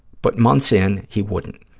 but months in, he wouldn't.